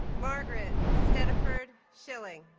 margaret stediford shilling